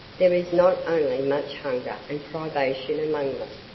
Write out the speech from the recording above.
there is not only much hunger and privation among them,